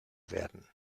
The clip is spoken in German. werden